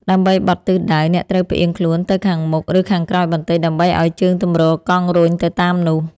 ដើម្បីបត់ទិសដៅ អ្នកត្រូវផ្អៀងខ្លួនទៅខាងមុខ ឬខាងក្រោយបន្តិច ដើម្បីឱ្យជើងទម្រកង់រុញទៅតាមនោះ។